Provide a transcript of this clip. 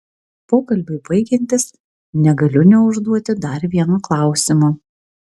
pokalbiui baigiantis negaliu neužduoti dar vieno klausimo